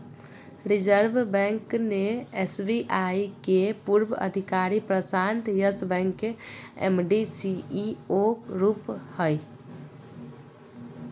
reserve Bank ने SBI के पूर्व अधिकारी प्रशांत यस बैंक के एम.डी, सी.ई.ओ रूप हइ